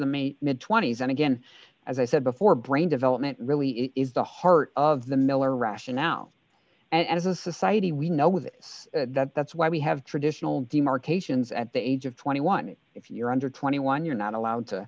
may mid twenty's and again as i said before brain development really is the heart of the miller rationale and as a society we know with that that's why we have traditional demarcations at the age of twenty one if you're under twenty one you're not allowed to